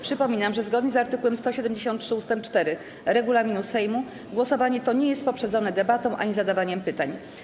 Przypominam, że zgodnie z art. 173 ust. 4 regulaminu Sejmu głosowanie to nie jest poprzedzone debatą ani zadawaniem pytań.